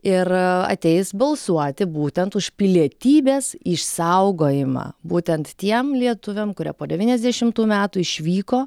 ir ateis balsuoti būtent už pilietybės išsaugojimą būtent tiem lietuviam kurie po devyniasdešimtų metų išvyko